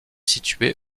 située